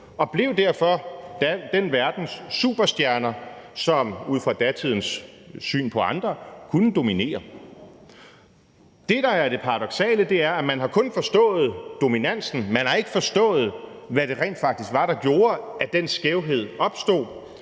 og blev derfor den verdens superstjerner, som ud fra datidens syn på andre kunne dominere. Det, der er det paradoksale, er, at man kun har forstået dominansen, man har ikke forstået, hvad det rent faktisk var, der gjorde, at den skævhed opstod,